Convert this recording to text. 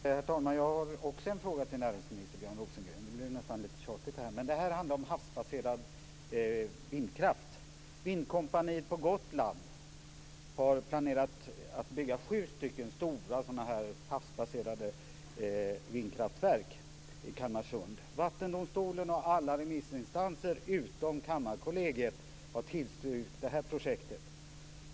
Herr talman! Jag har också en fråga till näringsminister Björn Rosengren. Detta blir nästan lite tjatigt. Den här frågan handlar om havsbaserad vindkraft. Vindkompaniet på Gotland har planerat att bygga sju stora havsbaserade vindkraftverk i Kalmarsund. Kammarkollegiet har tillstyrkt det här projektet.